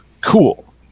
Cool